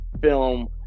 film